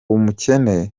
umukene